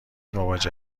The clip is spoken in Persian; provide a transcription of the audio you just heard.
مواجه